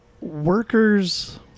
workers